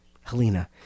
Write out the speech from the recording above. Helena